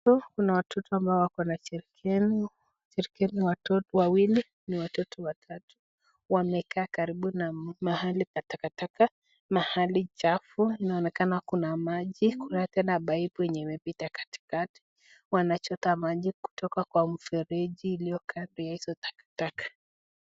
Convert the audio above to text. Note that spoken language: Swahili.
Huku kuna watoto ambao wako na jerrican . Jerrican watoto wawili ni watoto watatu. Wamekaa karibu na mahali pa takataka, mahali chafu. Inaonekana kuna maji, kuna tena pipe yenye imepita katikati. Wanachota maji kutoka kwa mfereji iliyo karibu na hizo takataka.